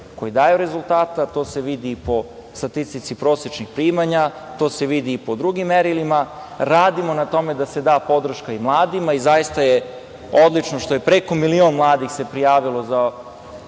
koji daju rezultate, a to se vidi i po statistici prosečnih primanja, to se vidi i po drugim merilima. Radimo na tome da se da podrška i mladima. Zaista je odlično što se preko milion mladih prijavilo za